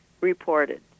reported